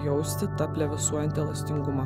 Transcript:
jausti tą plevėsuojant elastingumą